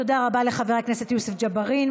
תודה רבה לחבר הכנסת יוסף ג'בארין.